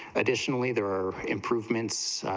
additionally there are improvements